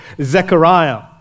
Zechariah